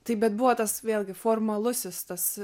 taip bet buvo tas vėlgi formalusis tas